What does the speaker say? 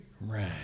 Right